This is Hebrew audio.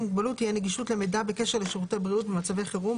מוגבלות תהיה נגישות למידע בקשר לשירותי בריאות במצבי חירום,